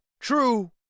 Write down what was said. True